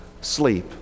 sleep